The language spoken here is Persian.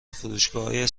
فروشگاههای